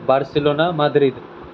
Barcelona Madrid